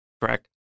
Correct